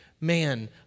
man